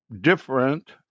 different